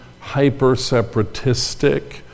hyper-separatistic